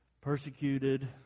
persecuted